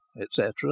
etc